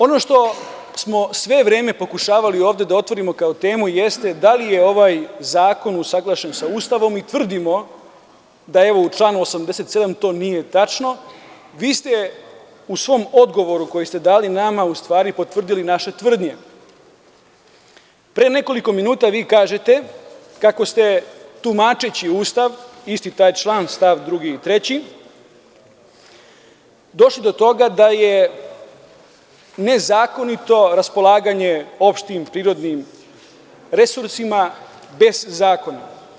Ono što smo sve vreme pokušavali ovde da otvorimo kao temu, jeste da li je ovaj zakon usaglašen sa Ustavom, i tvrdimo da u članu 87. to nije tačno, a vi ste u svom odgovoru koji ste dali nama potvrdili naše tvrdnje, a pre nekoliko minuta vi kažete kako ste tumačeći Ustav, isti taj član st. 2. i 3. došli do toga da je nezakonito raspolaganje opštim prirodnim resursima, bez zakona.